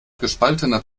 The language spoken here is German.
gespaltener